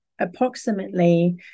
approximately